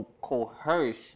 coerce